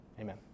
Amen